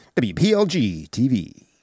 WPLG-TV